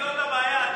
זאת הבעיה.